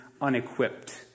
unequipped